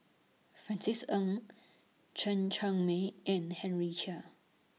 Francis Ng Chen Cheng Mei and Henry Chia